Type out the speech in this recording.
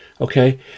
okay